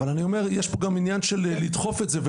אבל אני אומר שיש כאן גם עניין של לדחוף את זה.